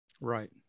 Right